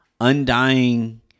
undying